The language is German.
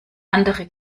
andere